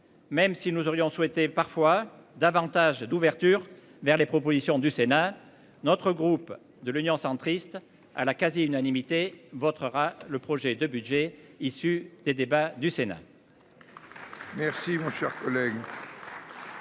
Même si nous aurions souhaité parfois davantage d'ouverture vers les propositions du Sénat. Notre groupe de l'Union centriste à la quasi-unanimité votre rate le projet de budget issues des débats du Sénat.